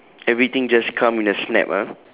everything just come in a snap ah